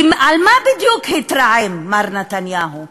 על מה בדיוק התרעם מר נתניהו,